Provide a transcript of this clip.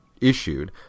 issued